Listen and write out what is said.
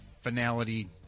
finality